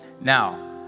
Now